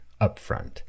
upfront